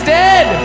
dead